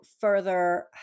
further